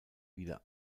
wieder